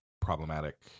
problematic